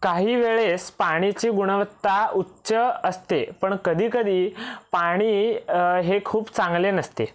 काही वेळेस पाणीची गुणवत्ता उच्च असते पण कधी कधी पाणी हे खूप चांगले नसते